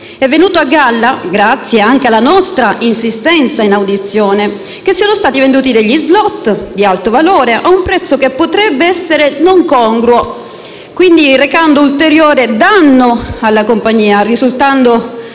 È venuto a galla, grazie anche alla nostra insistenza in audizione, che sono stati venduti degli *slot* di alto valore ad un prezzo che potrebbe essere non congruo, quindi recando ulteriore danno alla compagnia e che risultano